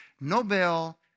Nobel